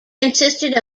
consisted